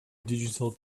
digital